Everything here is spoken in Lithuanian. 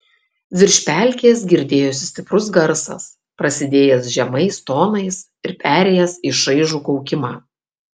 virš pelkės girdėjosi stiprus garsas prasidėjęs žemais tonais ir perėjęs į šaižų kaukimą